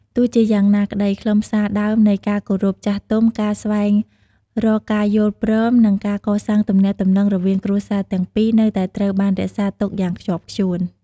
ទោះជាយ៉ាងនេះក្តី ខ្លឹមសារដើមនៃ ការគោរពចាស់ទុំ ការស្វែងរកការយល់ព្រម និងការកសាងទំនាក់ទំនងរវាងគ្រួសារទាំងពីរនៅតែត្រូវបានរក្សាទុកយ៉ាងខ្ជាប់ខ្ជួន។